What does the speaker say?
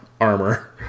armor